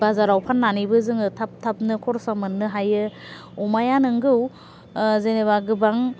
बाजाराव फान्नानैबो जोङो थाब थाबनो खरसा मोन्नो हायो अमायानो नोंगौ जेनेबा गोबां